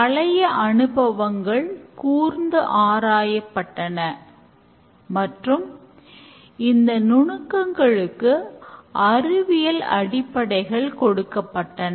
பழைய அனுபவங்கள் கூர்ந்து ஆராயப்பட்டன மற்றும் இந்த நுணுக்கங்களுக்கு அறிவியல் அடிப்படைகள் கொடுக்கப்பட்டன